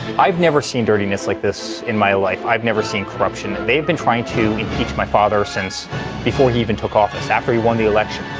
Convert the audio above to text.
i've never seen dirtiness like this in my life i've never seen corruption and they've been trying to impeach my father since before he even took office after he won the election.